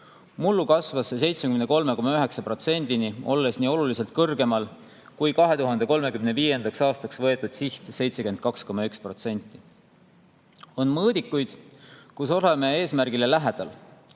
Mullu kasvas see 73,9%-ni, olles oluliselt kõrgemal kui 2035. aastaks võetud siht 72,1%. On mõõdikuid, mille puhul oleme eesmärgile lähedal.